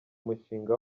mushinga